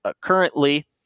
currently